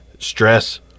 stress